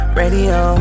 radio